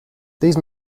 these